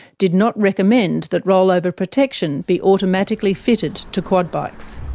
did not recommend that rollover protection be automatically fitted to quad bikes.